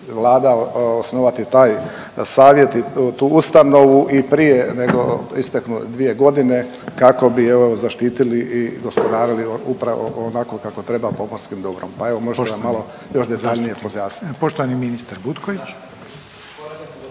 Vlada osnovati taj savjet i tu ustanovu i prije nego isteknu dvije godine kako bi evo zaštiti i gospodarili upravo onako kako treba pomorskim dobrom, pa evo možete li nam malo još detaljnije pojasniti.